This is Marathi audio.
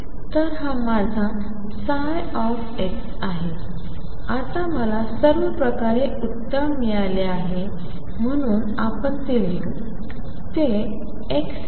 तर हा माझा ψ आहे आता मला सर्व प्रकारे उत्तर मिळाले आहे म्हणून आपण ते लिहू